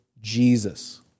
Jesus